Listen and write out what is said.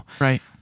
Right